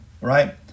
right